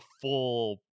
full